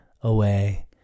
away